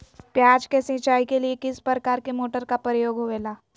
प्याज के सिंचाई के लिए किस प्रकार के मोटर का प्रयोग होवेला?